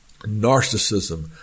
Narcissism